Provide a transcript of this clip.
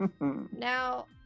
Now